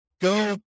go